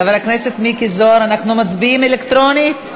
חבר הכנסת מיקי זוהר, אנחנו מצביעים אלקטרונית?